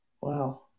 Wow